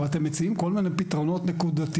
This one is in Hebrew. אתם מציעים כל מיני פתרונות נקודתיים.